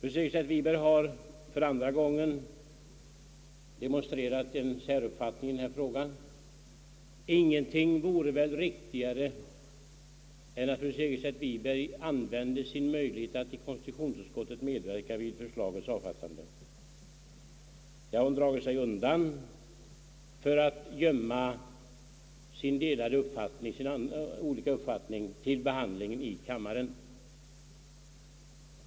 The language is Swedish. Fru Seger stedt Wiberg har nu för andra gången demonstrerat en särställning i detta ärende, Ingenting vore väl riktigare än att fru Segerstedt Wiberg använde sin möjlighet att i konstitutionsutskottet medverka vid förslagets avfattande. Det har hon emellertid dragit sig undan för att i stället gömma sin »olika» uppfattning till behandlingen i kammaren.